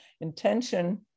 intention